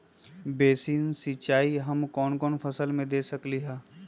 Basin सिंचाई हम कौन कौन फसल में दे सकली हां?